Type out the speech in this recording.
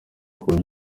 kuba